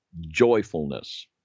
joyfulness